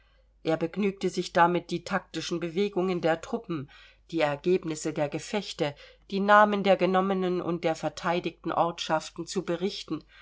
er begnügte sich damit die taktischen bewegungen der truppen die ergebnisse der gefechte die namen der genommenen und der verteidigten ortschaften zu berichten